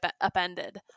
upended